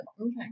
Okay